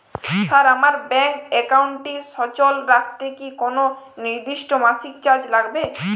Sir আমার bank একাউন্টটি সচল রাখতে কি কোনো নির্দিষ্ট মাসিক চার্জ লাগবে?